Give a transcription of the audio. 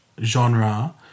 genre